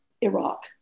Iraq